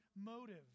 motive